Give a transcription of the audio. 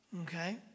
Okay